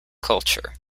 culture